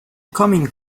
coming